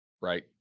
right